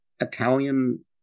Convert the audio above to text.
Italian